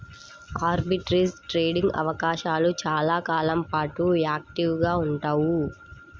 arbitrage trading అవకాశాలు చాలా కాలం పాటు యాక్టివ్గా ఉండవు